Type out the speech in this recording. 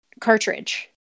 cartridge